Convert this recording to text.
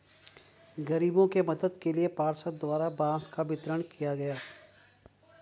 गरीबों के मदद के लिए पार्षद द्वारा बांस का वितरण किया गया